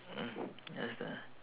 mm understand ah